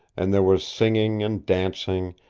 and there was singing and dancing,